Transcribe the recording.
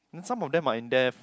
some of them might in death